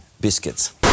biscuits